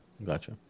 gotcha